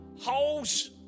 Holes